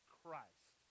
christ